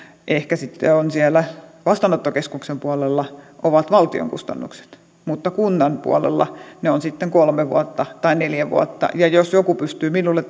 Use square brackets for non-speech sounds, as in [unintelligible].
ehkä on siellä vastaanottokeskuksen puolella ovat valtion kustannuksia mutta kunnan puolella ne ovat sitten kolme vuotta tai neljä vuotta jos joku pystyy minulle [unintelligible]